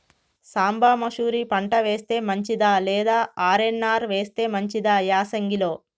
సాంబ మషూరి పంట వేస్తే మంచిదా లేదా ఆర్.ఎన్.ఆర్ వేస్తే మంచిదా యాసంగి లో?